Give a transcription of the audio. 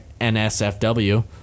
NSFW